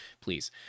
please